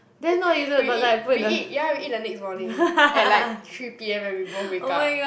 we eat we eat ya we eat the next morning at like three p_m when we both wake up